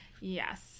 yes